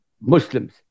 Muslims